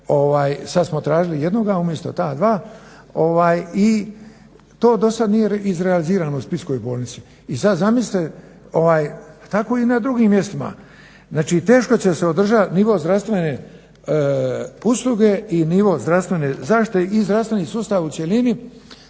sad smo tražili jednoga umjesto ta dva i to dosad nije izrealizirano u splitskoj bolnici. I sad zamislite tako je i na drugim mjestima. Znači teško će se održat nivo zdravstvene usluge i nivo zdravstvene zaštite i zdravstveni sustav u cjelini